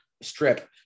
strip